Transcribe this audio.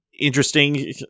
interesting